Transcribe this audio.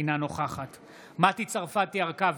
אינה נוכחת מטי צרפתי הרכבי,